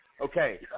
Okay